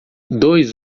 dois